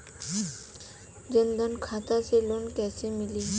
जन धन खाता से लोन कैसे मिली?